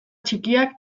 txikiak